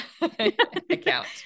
account